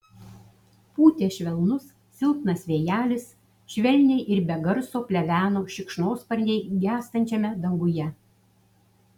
pūtė švelnus silpnas vėjelis švelniai ir be garso pleveno šikšnosparniai gęstančiame danguje